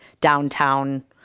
downtown